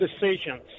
decisions